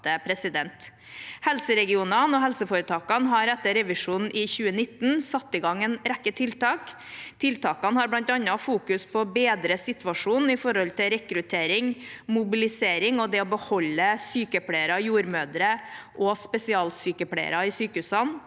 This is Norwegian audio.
Helseregionene og helseforetakene har etter revisjonen i 2019 satt i gang en rekke tiltak. Tiltakene fokuserer bl.a. på å bedre situasjonen med hensyn til rekruttering, mobilisering og det å beholde sykepleiere, jordmødre og spesialsykepleiere i sykehusene.